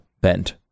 bent